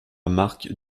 marque